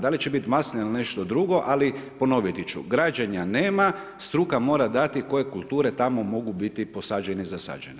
Da li će biti masline ili nešto drugo ali ponoviti ću, građena nema, struka mora dati koje kulture tamo mogu biti posađene i zasađene.